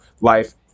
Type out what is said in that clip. life